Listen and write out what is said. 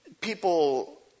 people